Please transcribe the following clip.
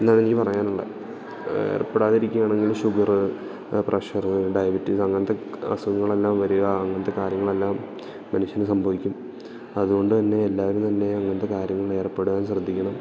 എന്നാണെനിക്കു പറയാനുള്ളത് ഏർപ്പെടാതിരിക്കുകയാണെങ്കില് sugar pressure diabetes അങ്ങനത്തെ അസുഖങ്ങളെല്ലാം വരിക അങ്ങനത്തെ കാര്യങ്ങളെല്ലാം മനുഷ്യനു സംഭവിക്കും അതുകൊണ്ടുതന്നെ എല്ലാവരും തന്നെ അങ്ങനത്തെ കാര്യങ്ങളില് ഏർപ്പെടാൻ ശ്രദ്ധിക്കണം